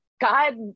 God